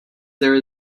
there